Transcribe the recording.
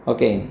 Okay